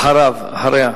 אחריה.